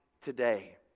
today